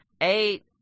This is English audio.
eight